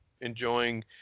enjoying